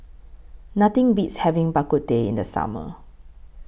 Nothing Beats having Bak Kut Teh in The Summer